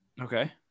Okay